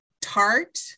tart